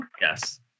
Yes